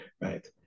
Right